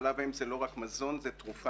חלב אם הוא לא רק מזון אלא זו תרופה